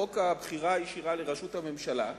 חוק הבחירה הישירה לראשות הממשלה,